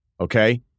okay